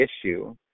issue